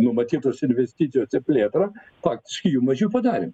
numatytos investicijos į plėtrą faktiškai jų mažiau padarėm